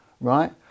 right